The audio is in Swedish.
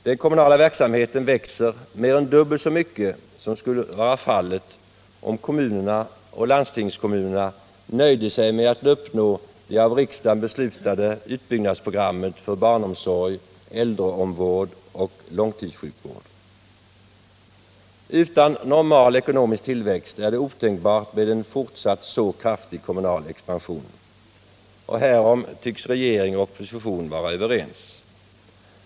Den kommunala verksamheten växer mer än dubbelt så mycket som skulle vara fallet om kommuner och landstingskommuner nöjde sig med att uppnå det av riksdagen beslutade utbyggnadsprogrammet för barnomsorg, äldreomvårdnad och långtidssjukvård. Utan normal ekonomisk tillväxt är det otänkbart med en fortsatt så kraftig kommunal expansion, och härom tycks regering och opposition vara överens.